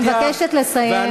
אני מבקשת לסיים.